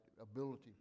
ability